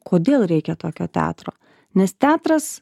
kodėl reikia tokio teatro nes teatras